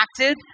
acted